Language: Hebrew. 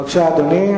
בבקשה, אדוני.